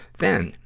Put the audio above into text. then,